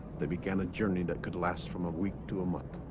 they began a journey that could last from a week to a month